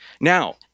Now